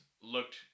looked